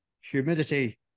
humidity